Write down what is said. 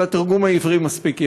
אבל התרגום העברי מספיק יפה.